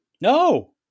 No